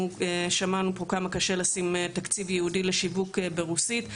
ושמענו פה כמה קשה לשים תקציב ייעודי לשיווק ברוסית.